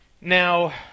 Now